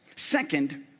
Second